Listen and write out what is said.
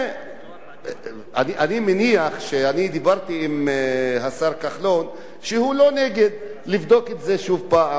אני דיברתי עם השר כחלון שהוא לא נגד לבדוק את זה שוב ולתת תשובה,